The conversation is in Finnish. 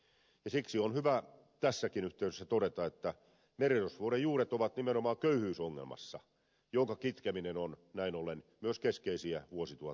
siksi on hyvä tässäkin yhteydessä todeta että merirosvouden juuret ovat nimenomaan köyhyysongelmassa jonka kitkeminen on näin ollen myös keskeisiä vuosituhattavoitteita